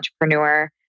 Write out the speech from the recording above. entrepreneur